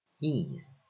ease